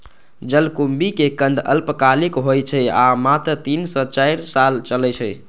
जलकुंभी के कंद अल्पकालिक होइ छै आ मात्र तीन सं चारि साल चलै छै